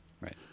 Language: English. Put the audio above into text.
right